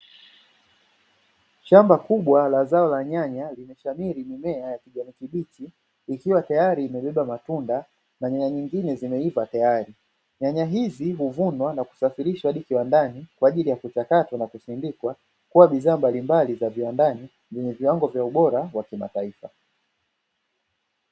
Shamba kubwa la zao la nyanya limeshamili mimea ya kijani kibichi, ikiwa tayari imebeba matunda na nyanya zingine zimeiva tayari. Nyanya hizi huvunwa na kusafirisha hadi kiwandani, kwa ajili ya kuchakatwa na kusindikwa kua bidhaa mbalimbali za viwandani zenye viwango vya ubora wa kimataifa.